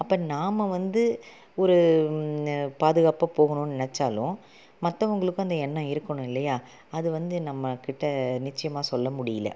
அப்போ நாம வந்து ஒரு பாதுகாப்பாக போகணுன்னு நினச்சாலும் மற்றவங்களுக்கும் அந்த எண்ணம் இருக்கணும் இல்லையா அது வந்து நம்மக்கிட்ட நிச்சயமாக சொல்ல முடியிலை